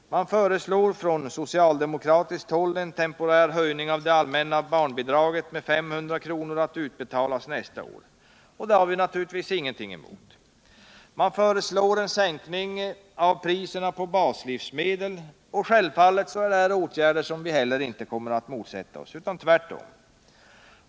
Man föreslår från socialdemokratiskt håll en temporär höjning av det allmänna barnbidraget med 500 kr. att utbetalas nästa år. Det har vi naturligtvis ingenting emot. Man föreslår sänkning av priserna på baslivsmedel. Självfallet är detta en åtgärd som vi inte kommer att motsätta oss — tvärtom.